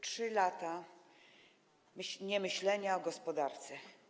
3 lata niemyślenia o gospodarce.